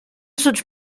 such